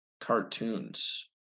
cartoons